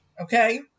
Okay